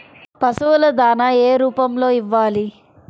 పశువుల దాణా ఏ రూపంలో ఇవ్వాలి?